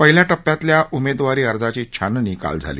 पहिल्या टप्प्यातल्या उमेदवारी अर्जांच छाननी काल झाली